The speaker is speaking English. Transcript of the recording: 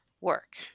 work